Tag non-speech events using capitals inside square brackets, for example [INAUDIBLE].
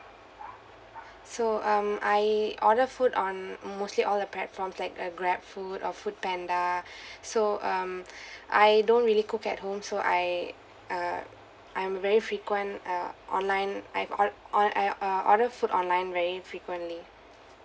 so um I order food on mostly all the from like a Grabfood or Foodpanda [BREATH] so um [BREATH] I don't really cook at home so I uh I'm a very frequent uh online I called on I uh order food online very frequently